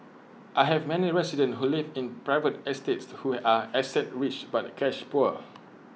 I have many residents who live in private estates who are asset rich but cash poor